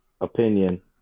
Opinion